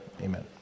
Amen